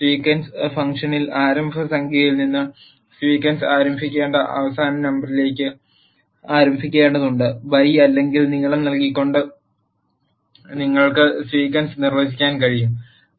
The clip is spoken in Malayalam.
സീക്വൻസ് ഫംഗ്ഷനിൽ ആരംഭ സംഖ്യയിൽ നിന്ന് സീക്വൻസ് ആരംഭിക്കേണ്ട അവസാന നമ്പറിലേക്ക് ആരംഭിക്കേണ്ടതുണ്ട് ബൈ അല്ലെങ്കിൽ നീളം നൽകിക്കൊണ്ട് നിങ്ങൾക്ക് സീക്വൻസ് നിർവചിക്കാൻ കഴിയും